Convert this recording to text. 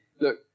look